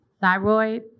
thyroid